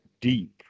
deep